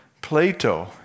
Plato